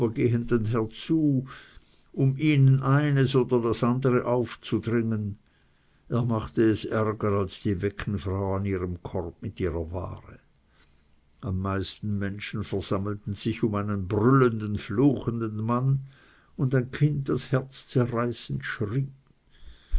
um ihm eines oder das andere aufzudringen er machte es ärger als die weckenfrau an ihrem korbe mit ihrer ware am meisten menschen versammelten sich um einen brüllenden fluchenden mann und ein kind das herzzerreißend schrie